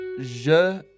Je